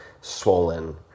swollen